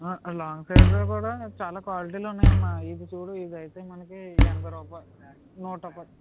long సైడ్లో కూడా చాలా క్వాలిటీలు ఉన్నాయమ్మా ఇది చూడు ఇది అయితే మనకి ఎనభై రూపాయ నూట పది